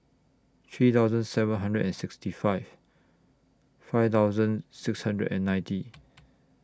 three thousand seven hundred and sixty five five thousand six hundred and ninety